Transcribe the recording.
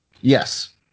Yes